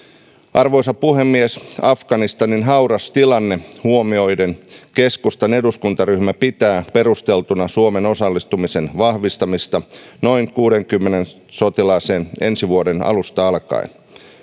arvoisa puhemies afganistanin hauras tilanne huomioiden keskustan eduskuntaryhmä pitää perusteltuna suomen osallistumisen vahvistamista noin kuuteenkymmeneen sotilaaseen ensi vuoden alusta alkaen